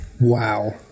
Wow